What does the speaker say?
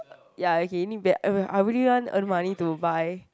ya okay need bet uh I really want earn money to buy